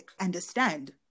understand